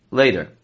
later